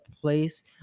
place